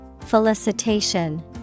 Felicitation